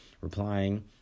replying